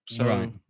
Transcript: Right